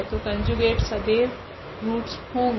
तो कोंजुगेट सदैव रूट्स होगे